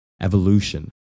evolution